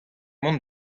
mont